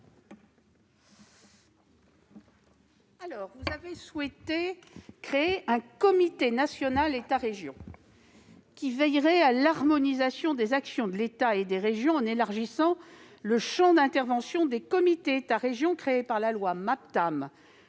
vous avez souhaité créer un comité national État-régions qui veillerait à l'harmonisation des actions de l'État et des régions en élargissant le champ d'intervention des comités État-région créés par la loi Maptam